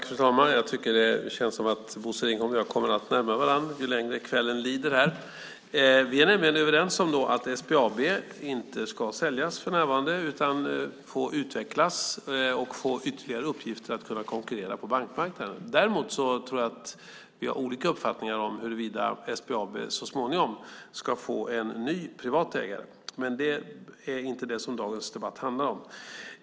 Fru talman! Jag tycker att det känns som om Bosse Ringholm och jag kommer allt närmare varandra ju längre kvällen lider. Vi är nämligen överens om att SBAB inte ska säljas för närvarande utan få utvecklas och få ytterligare uppgifter för att kunna konkurrera på bankmarknaden. Däremot tror jag att vi har olika uppfattningar om huruvida SBAB så småningom ska få en ny privat ägare. Men det är inte det som dagens debatt handlar om.